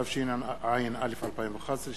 התשע"א 2011,